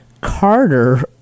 Carter